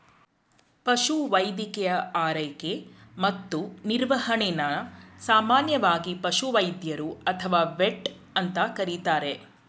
ಪಶುವೈದ್ಯಕೀಯ ಆರೈಕೆ ಮತ್ತು ನಿರ್ವಹಣೆನ ಸಾಮಾನ್ಯವಾಗಿ ಪಶುವೈದ್ಯರು ಅಥವಾ ವೆಟ್ ಅಂತ ಕರೀತಾರೆ